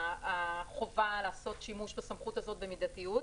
החובה לעשות שימוש בסמכות הזאת במידתיות.